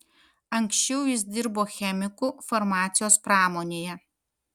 anksčiau jis dirbo chemiku farmacijos pramonėje